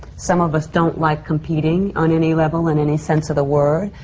some of us don't like competing on any level, in any sense of the word.